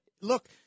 look